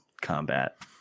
combat